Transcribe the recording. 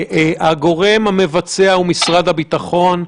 הגורם המבצע הוא משרד הביטחון,